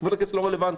כבוד הכנסת לא רלוונטי.